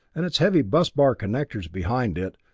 and its heavy bus bar connectors behind it,